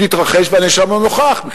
שיתרחש והנאשם לא נוכח בכלל,